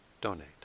donate